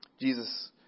Jesus